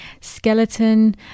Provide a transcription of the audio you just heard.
skeleton